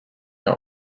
are